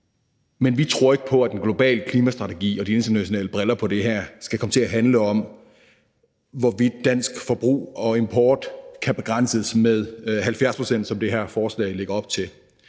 Men vi tror ikke på, at en global klimastrategi og at se med internationale briller på det her skal handle om, hvorvidt dansk forbrug og import kan begrænses med 70 pct., som det her forslag lægger op til.